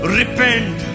repent